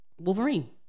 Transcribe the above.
Wolverine